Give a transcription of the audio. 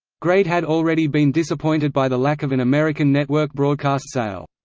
grade had already been disappointed by the lack of an american network broadcast sale.